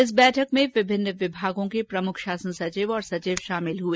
इस बैठक में विभिन्न विभागों के प्रमुख शासन सचिव और सचिव शामिल हुए